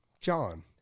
John